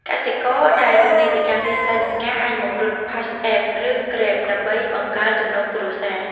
កសិករដែលទំនេរពីការងារស្រែចម្ការ អាចមករត់ PassApp ឬ Grab ដើម្បីបង្កើនចំណូលគ្រួសារ។